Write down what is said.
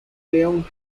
leon